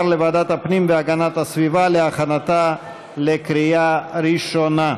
לוועדת הפנים והגנת הסביבה להכנתה לקריאה ראשונה.